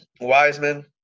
Wiseman